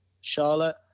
Charlotte